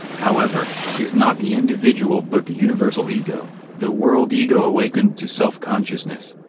however, is not the individual but the universal ego, the world-ego awakened to self-consciousness.